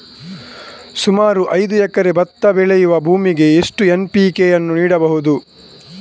ಸುಮಾರು ಐದು ಎಕರೆ ಭತ್ತ ಬೆಳೆಯುವ ಭೂಮಿಗೆ ಎಷ್ಟು ಎನ್.ಪಿ.ಕೆ ಯನ್ನು ನೀಡಬಹುದು?